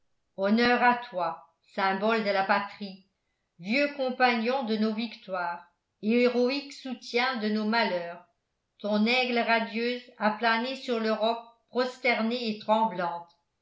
honneur à toi symbole de la patrie vieux compagnon de nos victoires héroïque soutien de nos malheurs ton aigle radieuse a plané sur l'europe prosternée et tremblante